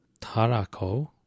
Tarako